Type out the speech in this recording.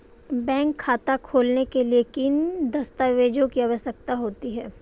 Bank खाता खोलने के लिए किन दस्तावेज़ों की आवश्यकता होती है?